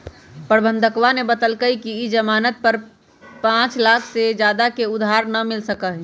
प्रबंधकवा ने बतल कई कि ई ज़ामानत पर पाँच लाख से ज्यादा के उधार ना मिल सका हई